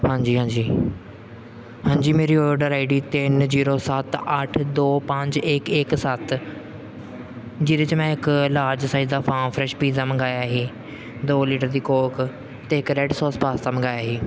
ਹਾਂਜੀ ਹਾਂਜੀ ਹਾਂਜੀ ਮੇਰੀ ਔਡਰ ਆਈ ਡੀ ਤਿੰਨ ਜੀਰੋ ਸੱਤ ਅੱਠ ਦੋ ਪੰਜ ਇੱਕ ਇੱਕ ਸੱਤ ਜਿਹਦੇ 'ਚ ਮੈਂ ਇੱਕ ਲਾਰਜ ਸਾਈਜ਼ ਦਾ ਫਾਰਮ ਫਰੈਸ਼ ਪੀਜ਼ਾ ਮੰਗਵਾਇਆ ਸੀ ਦੋ ਲੀਟਰ ਦੀ ਕੋਕ ਅਤੇ ਇੱਕ ਰੈਡ ਸੋਸ ਪਾਸਤਾ ਮੰਗਵਾਇਆ ਸੀ